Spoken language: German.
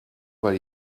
weil